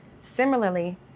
Similarly